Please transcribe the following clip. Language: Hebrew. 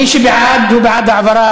מי שבעד הוא בעד העברה